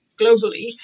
globally